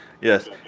Yes